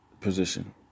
position